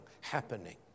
happening